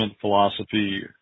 philosophy